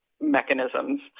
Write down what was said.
mechanisms